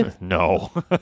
No